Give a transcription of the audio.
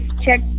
check